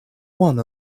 one